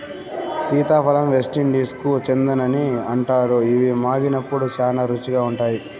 సీతాఫలం వెస్టిండీస్కు చెందినదని అంటారు, ఇవి మాగినప్పుడు శ్యానా రుచిగా ఉంటాయి